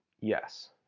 Yes